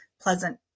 pleasant